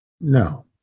no